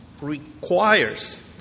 requires